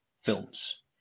films